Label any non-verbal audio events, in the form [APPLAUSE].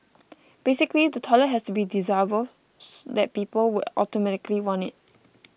[NOISE] basically the toilet has to be so desirable [NOISE] that people would automatically want it